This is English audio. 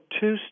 two